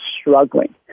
struggling